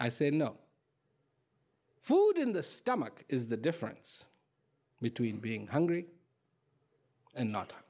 say no food in the stomach is the difference between being hungry and not